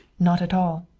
not at all!